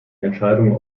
entscheidung